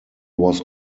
was